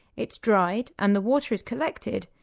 it's dried and the water is collected,